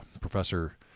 Professor